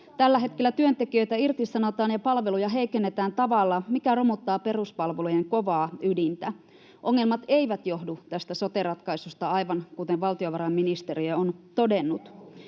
Tällä hetkellä työntekijöitä irtisanotaan ja palveluja heikennetään tavalla, joka romuttaa peruspalvelujen kovaa ydintä. Ongelmat eivät johdu tästä sote-ratkaisusta, aivan kuten valtiovarainministeriö on todennut.